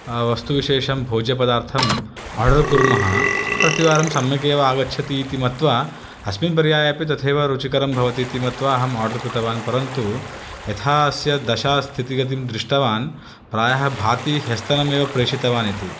वस्तुविशेषं भोज्यपदार्थं आर्डर् कुर्मः प्रतिवारं सम्यकेव आगच्छति इति मत्वा अस्मिन् पर्याये अपि तथैव रुचिकरं भवति इति मत्वा अहम् आर्डर् कृतवान् परन्तु यथा अस्य दशा स्थितिगतिं दृष्टवान् प्रायः भाति ह्यस्तनमेव प्रेषितवान् इति